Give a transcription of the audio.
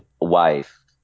wife